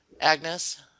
Agnes